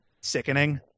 sickening